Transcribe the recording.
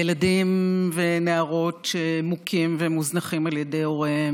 ילדים ונערות שמוכים ומוזנחים על ידי הוריהם